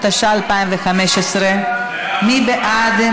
התשע"ה 2015. מי בעד?